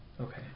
Okay